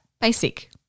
Basic